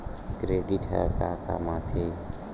Credit ह का काम आथे?